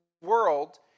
world